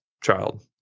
child